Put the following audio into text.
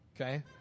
Okay